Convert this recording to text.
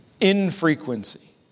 infrequency